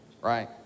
right